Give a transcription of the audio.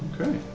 Okay